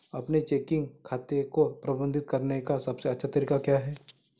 अपने चेकिंग खाते को प्रबंधित करने का सबसे अच्छा तरीका क्या है?